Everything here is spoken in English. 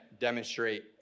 demonstrate